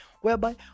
whereby